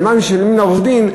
על מה משלמים לעורך-דין,